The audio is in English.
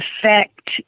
affect